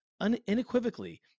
unequivocally